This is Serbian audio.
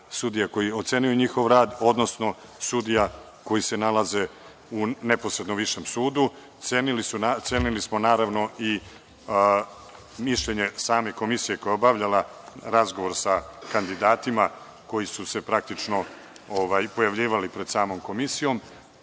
koji je ocenio njihov rad, odnosno sudija koji se nalaze u neposredno višem sudu. Cenili smo, naravno, i mišljenje same komisije koja je obavljala razgovor sa kandidatima koji su se praktično i pojavljivali pred samom komisijom